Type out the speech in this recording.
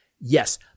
Yes